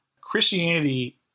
Christianity